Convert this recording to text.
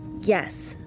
Yes